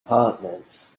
partners